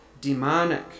demonic